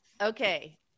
Okay